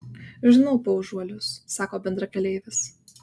žinau paužuolius sako bendrakeleivis